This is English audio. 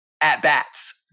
at-bats